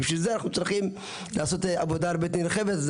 בשביל זה אנחנו צריכים לעשות עבודה הרבה יותר נרחבת.